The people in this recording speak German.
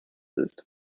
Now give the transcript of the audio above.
ist